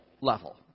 level